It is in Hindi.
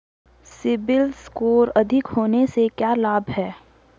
सीबिल स्कोर अधिक होने से क्या लाभ हैं?